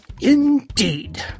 indeed